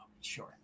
Sure